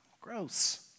Gross